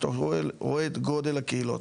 כשאתה רואה את גודל הקהילות,